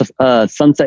Sunset